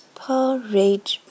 porridge